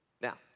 Now